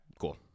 cool